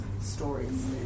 stories